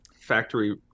factory